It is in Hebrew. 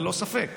ללא ספק.